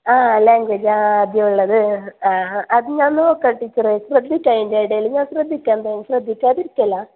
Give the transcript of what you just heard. ആ ലാംഗ്വേജ് ആ ആദ്യം ഉള്ളത് ആ അത് ഞാൻ നോക്കാം ടീച്ചറേ ശ്രദ്ധിക്കാം ഇതിൻറെ ഇടയിൽ ഞാൻ ശ്രദ്ധിക്കാം എന്തായാലും ശ്രദ്ധിക്കാതിരിക്കില്ല